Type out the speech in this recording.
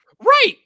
Right